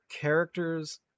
characters